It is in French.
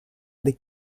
des